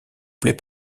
plaît